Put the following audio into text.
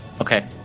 okay